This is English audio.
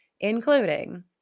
including